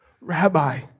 Rabbi